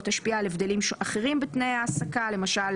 תשפיע על הבדלים אחרים בתנאי ההעסקה כמו למשל